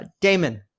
Damon